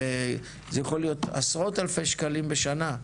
זה יכול להיות עשרות אלפי שקלים בשנה.